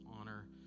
honor